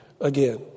again